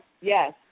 Yes